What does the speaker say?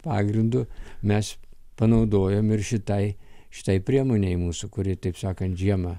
pagrindu mes panaudojom ir šitai šitai priemonei mūsų kuri taip sakant žiemą